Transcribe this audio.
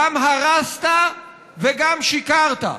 גם הרסת וגם שיקרת.